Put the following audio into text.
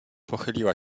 pochyliła